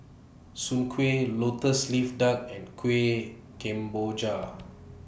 Soon Kueh Lotus Leaf Duck and Kueh Kemboja